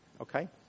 Okay